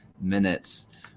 minutes